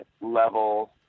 level